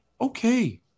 Okay